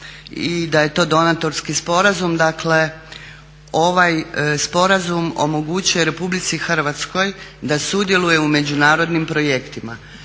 i da je to donatorski sporazum, dakle ovaj sporazum omogućuje RH da sudjeluje u međunarodnim projektima.